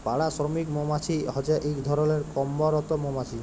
পাড়া শ্রমিক মমাছি হছে ইক ধরলের কম্মরত মমাছি